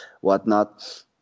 whatnot